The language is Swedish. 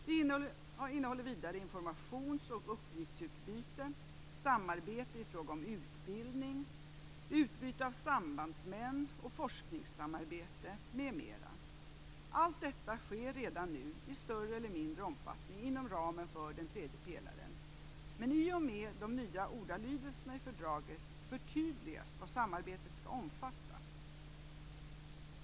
Det innehåller vidare informations och uppgiftsutbyte, samarbete i fråga om utbildning, utbyte av sambandsmän, forskningssamarbete m.m. Allt detta sker redan nu i större eller mindre omfattning inom ramen för den tredje pelaren. Men i och med de nya ordalydelserna i fördraget förtydligas vad samarbetet skall omfatta.